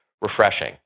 refreshing